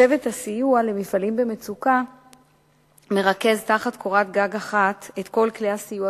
צוות הסיוע למפעלים במצוקה מרכז תחת קורת גג אחת את כל כלי הסיוע